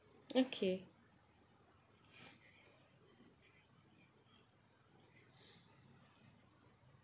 okay